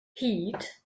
hyd